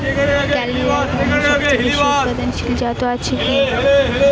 কালিরাই ধানের সবচেয়ে বেশি উৎপাদনশীল জাত আছে কি?